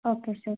okay sir